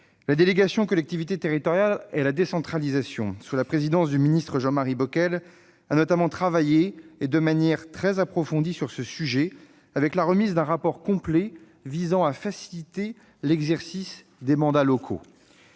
La délégation aux collectivités territoriales et à la décentralisation, sous la présidence du ministre Jean-Marie Bockel, a notamment travaillé, et de manière très approfondie, sur ce sujet, avec la remise d'un rapport complet visant à « faciliter l'exercice des mandats locaux